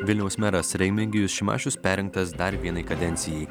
vilniaus meras remigijus šimašius perrinktas dar vienai kadencijai